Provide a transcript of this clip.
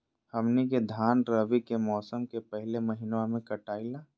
हमनी के धान रवि के मौसम के पहले महिनवा में कटाई ला